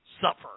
Suffer